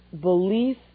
belief